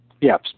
Yes